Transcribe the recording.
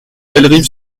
bellerive